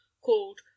called